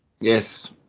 Yes